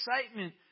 excitement